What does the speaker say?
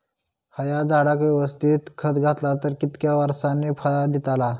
हया झाडाक यवस्तित खत घातला तर कितक्या वरसांनी फळा दीताला?